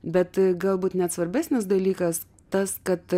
bet galbūt net svarbesnis dalykas tas kad